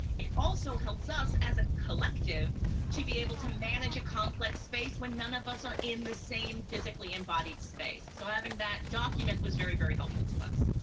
it also helps us as a collective to be able to manage a complex space when none of us are in the same physically embodied space. so having that document was very, very helpful to us.